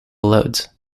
loads